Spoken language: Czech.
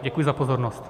Děkuji za pozornost.